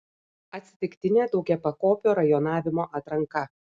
atsitiktinė daugiapakopio rajonavimo atranka